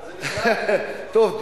טוב,